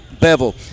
Bevel